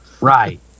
Right